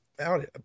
out